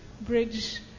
bridge